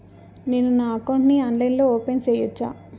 నేను నా అకౌంట్ ని ఆన్లైన్ లో ఓపెన్ సేయొచ్చా?